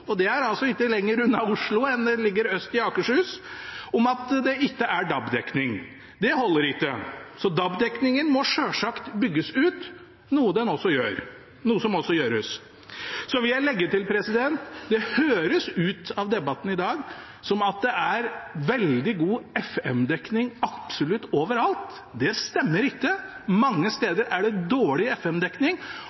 det er ikke langt unna Oslo, det ligger øst i Akershus – om at det der ikke er DAB-dekning. Det holder ikke. DAB-dekningen må selvsagt bygges ut, noe som også gjøres. Så vil jeg legge til: Det høres ut til, i debatten i dag, at det er veldig god FM-dekning absolutt overalt. Det stemmer ikke. Mange